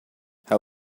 how